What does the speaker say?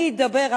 אני אדבר,